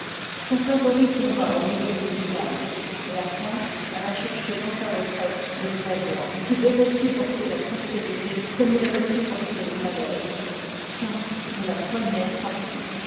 son favori tomba au milieu de ses gardes et la france alla chercher dans sa retraite le vrai roi qui devoit supporter la prospérité comme il avoit supporté le malheur fin de la premiere partie